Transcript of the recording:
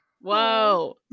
Whoa